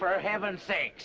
for heaven's sake